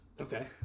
Okay